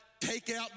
takeout